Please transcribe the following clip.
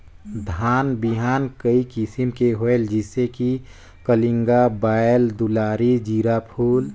धान बिहान कई किसम के होयल जिसे कि कलिंगा, बाएल दुलारी, जीराफुल?